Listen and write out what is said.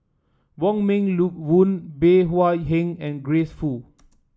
Wong Meng Voon Bey Hua Heng and Grace Fu